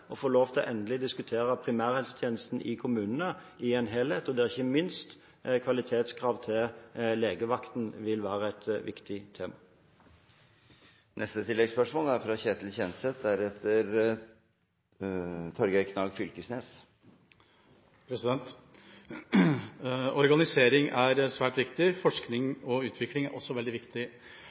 få lov til endelig å diskutere primærhelsetjenesten i kommunene i en helhet, der ikke minst kvalitetskrav til legevakten vil være et viktig tema. Ketil Kjenseth – til oppfølgingsspørsmål. Organisering er svært viktig. Forskning og utvikling er også veldig viktig.